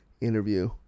interview